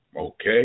Okay